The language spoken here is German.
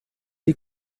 die